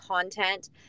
content